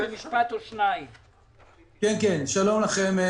שלום לכם.